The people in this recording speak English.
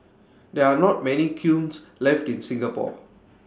there are not many kilns left in Singapore